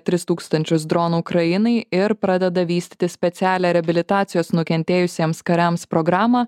tris tūkstančius dronų ukrainai ir pradeda vystyti specialią reabilitacijos nukentėjusiems kariams programą